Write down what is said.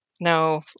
no